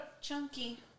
chunky